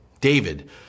David